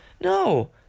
No